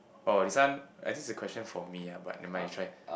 oh this one are these question for me ah but you might try